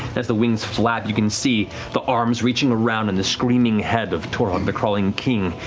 as the wings flap, you can see the arms reaching around and the screaming head of torog, the crawling king,